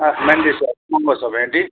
अँ भेन्डी छ एक नम्बर छ भेन्डी